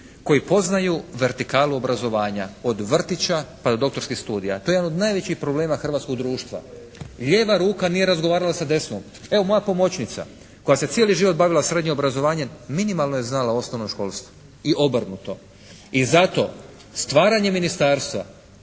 koji poznaju vertikalu obrazovanja od vrtića pa do doktorskih studija. To je jedan od najvećih problema hrvatskog društva. Lijeva ruka nije razgovarala sa desnom. Evo moja pomoćnica koja se cijeli život bavila srednjim obrazovanje, minimalno je znala osnovno školstvo i obrnuto. I zato stvaranje ministarstva,